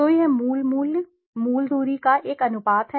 तो यह मूल मूल्य मूल दूरी का एक अनुपात है